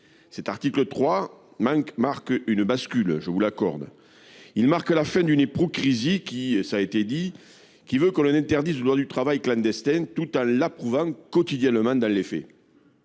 L’article 3 marque une bascule, je vous l’accorde. Il marque la fin d’une hypocrisie – cela a été dit – qui veut que l’on interdise, en droit, le travail clandestin, tout en l’approuvant quotidiennement dans les faits.